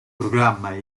programma